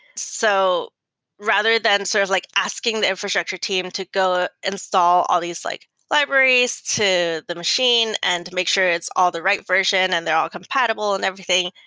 so rather than sort of like asking the infrastructure team to go ah install all these like libraries to the machine and make sure it's all the right version and they're all compatible and everything,